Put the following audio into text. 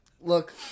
Look